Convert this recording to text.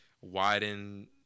widen